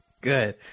good